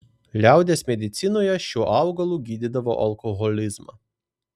liaudies medicinoje šiuo augalu gydydavo alkoholizmą